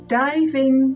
diving